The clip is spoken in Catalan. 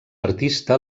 artista